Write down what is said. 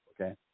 okay